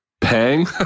Pang